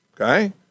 okay